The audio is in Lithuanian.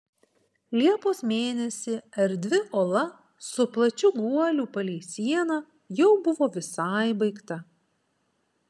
liepos mėnesį erdvi ola su plačiu guoliu palei sieną jau buvo visai baigta